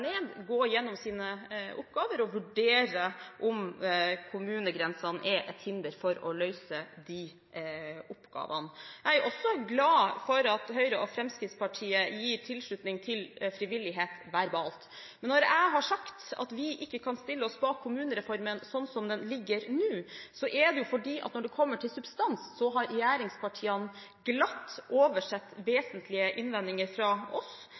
ned, gå gjennom sine oppgaver og vurdere om kommunegrensene er et hinder for å løse de oppgavene. Jeg er også glad for at Høyre og Fremskrittspartiet gir tilslutning til frivillighet verbalt. Men når jeg har sagt at vi ikke kan stille oss bak kommunereformen slik som den ligger nå, er det på grunn av at når det kommer til substans, har regjeringspartiene glatt oversett vesentlige innvendinger fra oss.